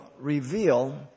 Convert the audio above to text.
reveal